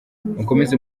mukomeze